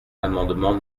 l’amendement